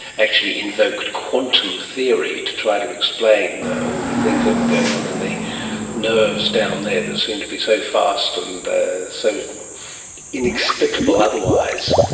actually invoked quantum theory to try to explain all the things that were going on in the nerves down there that seem to be so fast and so inexplicable otherwise.